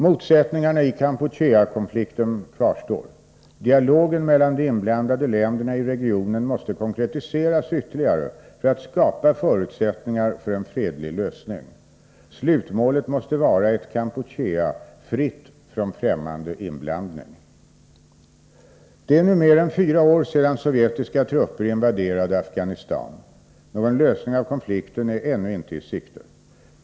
Motsättningarna i Kampucheakonflikten kvarstår. Dialogen mellan de inblandade länderna i regionen måste konkretiseras ytterligare för att skapa förutsättningar för en fredlig lösning. Slutmålet måste vara ett Kampuchea fritt från främmande inblandning. Det är nu mer än fyra år sedan sovjetiska trupper invaderade Afghanistan. Någon lösning av konflikten är ännu inte i sikte.